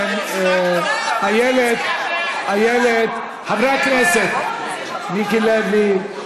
איילת, איילת, חברי הכנסת, מיקי לוי.